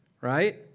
right